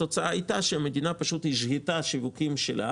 התוצאה היתה שהמדינה פשוט השהתה שיווקים שלה